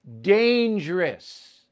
Dangerous